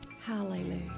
Hallelujah